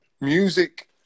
music